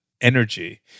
energy